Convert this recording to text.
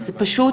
זה פשוט